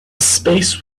space